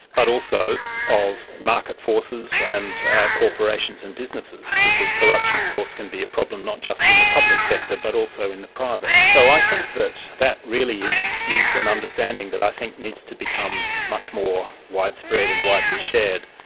but also of market forces, and ah corporations and businesses, because corruption of course can be a problem not just in the public sector but also in the private. so i think that that really is is an understanding that i think needs to become much more widespread and widely shared,